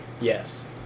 Yes